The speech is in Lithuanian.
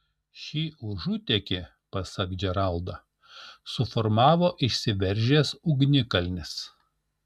šį užutėkį pasak džeraldo suformavo išsiveržęs ugnikalnis